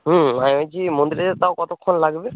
হুম আমি বলছি মন্দিরে যেতে তাও কতক্ষণ লাগবে